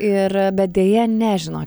ir bet deja nežino